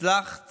הצלחת